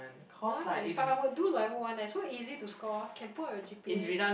why but I would do level one leh so easy to score can pull up your g_p_a